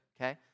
okay